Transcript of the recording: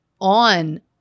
on